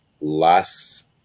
last